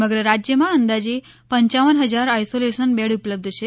સમગ્ર રાજ્યમાં અંદાજે પપ હજાર આઇસોલેશન બેડ ઉપલબ્ધ છે